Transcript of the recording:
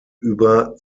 über